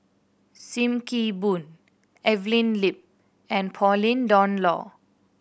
Sim Kee Boon Evelyn Lip and Pauline Dawn Loh